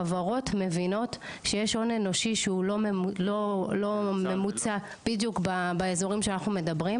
חברות מבינות שיש הון אנושי שהוא לא ממוצה בדיוק באזורים שאנחנו מדברים,